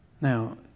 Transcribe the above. Now